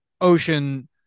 ocean